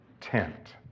tent